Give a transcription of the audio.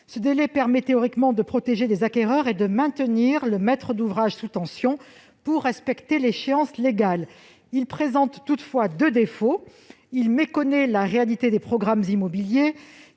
Ce délai permet théoriquement de protéger les acquéreurs et de maintenir le maître d'ouvrage sous tension afin qu'il respecte l'échéance légale. Il présente toutefois deux défauts : il méconnaît, d'une part, la réalité des programmes immobiliers,